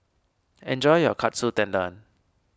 enjoy your Katsu Tendon